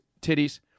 titties